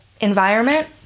environment